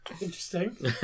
Interesting